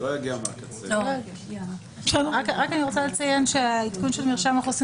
אני רוצה לציין שהעדכון של מרשם האוכלוסין